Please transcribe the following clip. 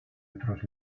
otros